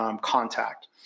contact